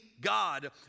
God